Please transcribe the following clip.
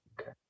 okay